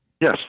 Yes